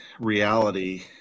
reality